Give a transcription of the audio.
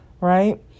right